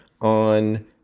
on